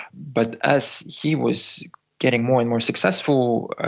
but as he was getting more and more successful,